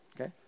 Okay